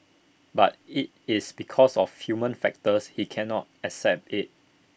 but if it's because of human factors he cannot accept IT